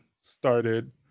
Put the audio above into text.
started